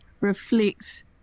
reflect